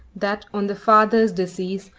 that, on the father's decease,